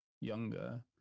younger